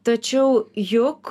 tačiau juk